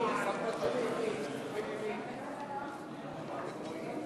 אדוני היושב-ראש, כנסת נכבדה,